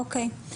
אוקיי,